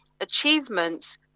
achievements